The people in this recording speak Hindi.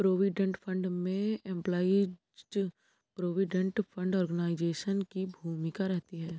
प्रोविडेंट फंड में एम्पलाइज प्रोविडेंट फंड ऑर्गेनाइजेशन की भूमिका रहती है